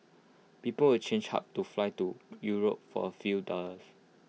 people will change hubs to fly to Europe for A few dollars